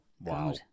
wow